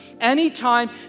Anytime